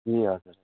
ए हजुर